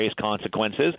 consequences